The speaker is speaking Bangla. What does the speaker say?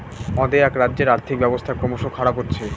অ্দেআক রাজ্যের আর্থিক ব্যবস্থা ক্রমস খারাপ হচ্ছে